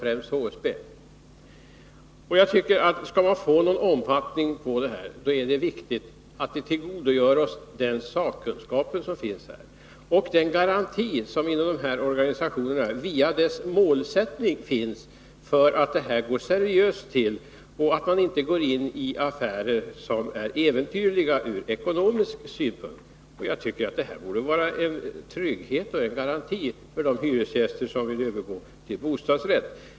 För att vi skall kunna få till stånd övergångar i någon betydande omfattning är det viktigt att vi tillgodogör oss den sakkunskap och den garanti som finns inom dessa organisationer via deras målsättning, för att detta skall göras seriöst och man inte skall gå in i affärer som är äventyrliga ur ekonomisk synpunkt. Det borde vara en trygghet och en garanti för de hyresgäster som vill övergå till bostadsrätt.